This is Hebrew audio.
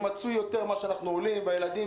זה מצוי יותר ממה שאנחנו עולים, בילדים